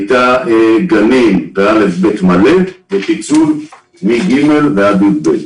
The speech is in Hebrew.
היה גנים ו-א'-ב' מלא ופיצול מ-ג' ועד יב'.